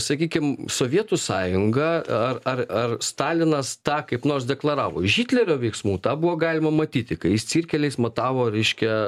sakykime sovietų sąjunga ar ar ar stalinas tą kaip nors deklaravo iš hitlerio veiksmų tą buvo galima matyti kai jis cirkeliais matavo ryškia